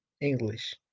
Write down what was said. English